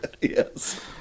Yes